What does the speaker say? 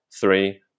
three